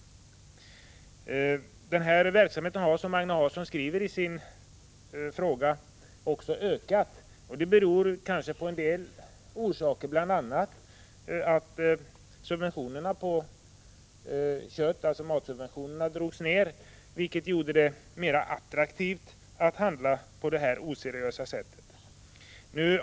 Den här verksamheten har, som Agne Hansson skriver i sin fråga, ökat. Detta har flera orsaker, bl.a. att subventionerna på kött — alltså matsubventionerna — drogs ner, vilket gjorde det mer attraktivt att handla på det här oseriösa sättet.